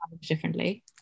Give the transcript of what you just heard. differently